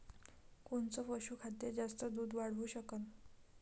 कोनचं पशुखाद्य जास्त दुध वाढवू शकन?